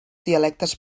dialectes